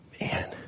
man